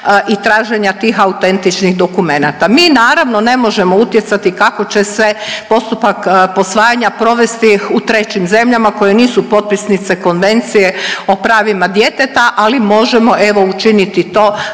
i traženja tih autentičnih dokumenata. Mi naravno ne možemo utjecati kako će se postupak posvajanja provesti u trećim zemljama koje nisu potpisnice Konvencije o pravima djeteta, ali možemo evo učiniti to